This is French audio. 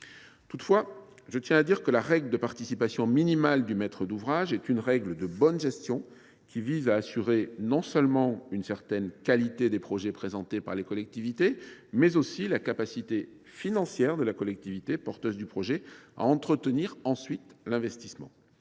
Toutefois, je tiens à dire que la règle de participation minimale du maître d’ouvrage est une règle de bonne gestion qui vise à assurer non seulement une certaine qualité des projets présentés par les collectivités, mais aussi la capacité financière de la collectivité, porteuse du projet, à entretenir ensuite l’investissement.